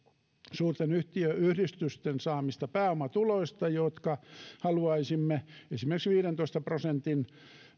suurten yhdistysten saamista pääomatuloista jotka haluaisimme esimerkiksi viidentoista prosentin